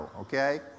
okay